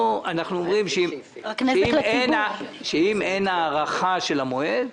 פה אנחנו אומרים שאם אין הארכה של המועד,